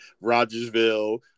Rogersville